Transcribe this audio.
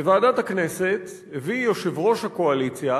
בוועדת הכנסת הביא יושב-ראש הקואליציה